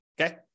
okay